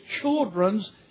children's